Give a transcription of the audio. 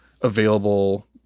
available